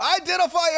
Identify